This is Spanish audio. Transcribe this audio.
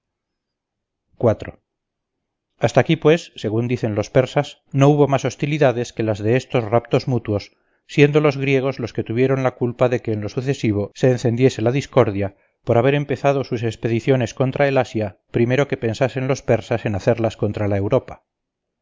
hasta aquí pues según dicen los persas no hubo más hostilidades que las de estos raptos mutuos siendo los griegos los que tuvieron la culpa de que en lo sucesivo se encendiese la discordia por haber empezado sus expediciones contra el asia primero que pensasen los persas en hacerlas contra la europa